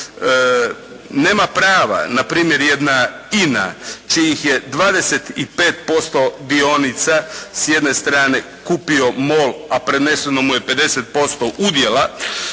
Nema prava na primjer jedna INA čijih je 25% dionica s jedne stranice kupio MOL a preneseno mu je 50% udjela